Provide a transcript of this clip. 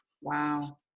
Wow